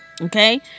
okay